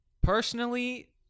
personally